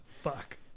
Fuck